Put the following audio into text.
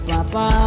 Papa